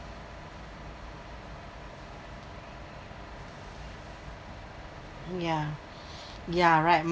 ya ya right